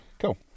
Cool